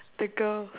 the girl